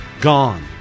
gone